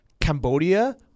Cambodia